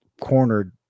cornered